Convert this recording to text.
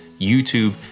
YouTube